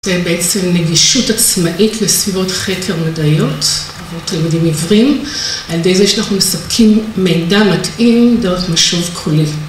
‫זה בעצם נגישות עצמאית ‫לסביבות חקר מדעיות, ‫הרבה יותר ילדים עיוורים, ‫על די זה אנחנו מספקים מידע מדהים ‫דרך משוב כולל.